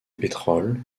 pétrole